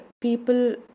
people